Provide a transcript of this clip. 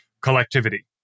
collectivity